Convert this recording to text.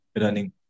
running